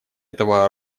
этого